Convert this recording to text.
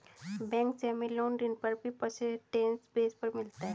bank से हमे loan ऋण भी परसेंटेज बेस पर मिलता है